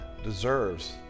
Deserves